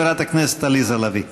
חברת הכנסת עליזה לביא.